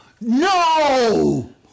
No